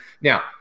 Now